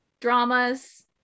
dramas